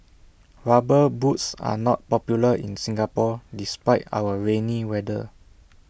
rubber boots are not popular in Singapore despite our rainy weather